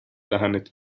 دهنت